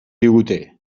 digute